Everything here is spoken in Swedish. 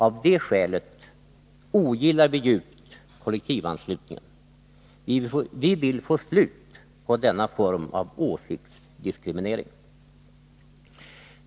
Av det skälet ogillar vi djupt kollektivanslutningen. Vi vill få slut på denna form av åsiktsdiskriminering.